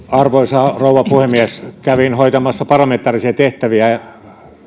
arvoisa rouva puhemies kävin hoitamassa parlamentaarisia tehtäviä